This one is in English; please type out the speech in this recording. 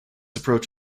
approach